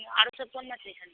आरो सभ कोन मछली छनि